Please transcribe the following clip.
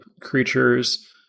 creatures